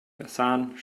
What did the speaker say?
versahen